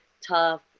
tough